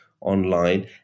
online